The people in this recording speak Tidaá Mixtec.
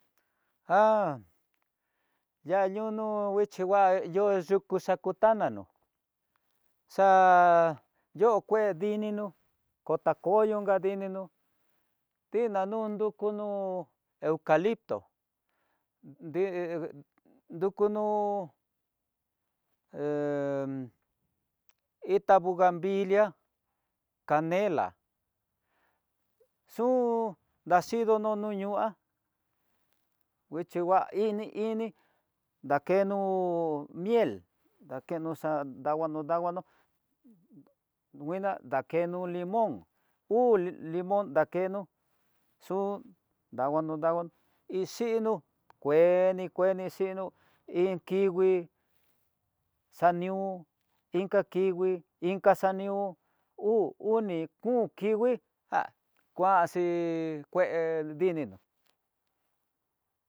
Jan ya yunu nguixhi ngua yu kuyu xako, tanano xa'á yo kue dininó kotakoyo tadininó, dindanu dukuno eucalito dukunó he itá buganbilia canela xun, xhido ñoño nuá nguixhi gua ini ini dakeno miel, akeno xa'a danguano ndaguano nguina dakeno limón uu limón dakeno, xu danguano ndaguano ixhino kueni kueni xhino iin kingui, xanió inka kingui inka xanu uu uni kun kingui jan kuanxhi kue dininó.